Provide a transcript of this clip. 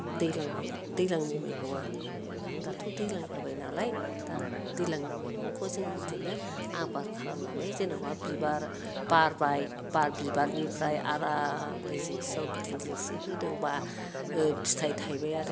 दैज्लांनि मैगंआ दाथ' दैज्लां जाबाय नालाय दा दैज्लांनि मैगंखौ जों बिदिनो आबाद खालामनानै जेनेबा बिबार बारबाय बा बिबारनिफ्राय आराम दैजिंसोआव बिदिनो जेंसि होदोंबा फिथाइ थाइबाय आरो